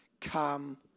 come